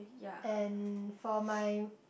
and for my